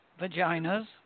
vaginas